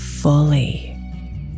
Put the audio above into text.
fully